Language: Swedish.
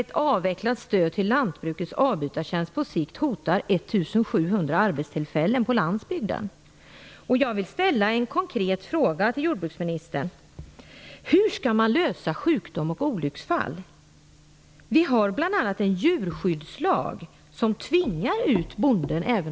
Ett avvecklat stöd till lantbrukets avbytartjänst hotar på sikt 1 700 arbetstillfällen på landsbygden.